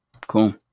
Cool